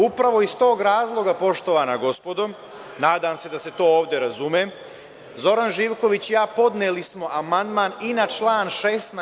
Upravo iz tog razloga, poštovana gospodo, nadam se da se to ovde razume, Zoran Živković i ja podneli smo amandman i na član 16.